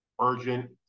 urgent